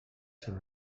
sant